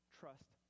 trust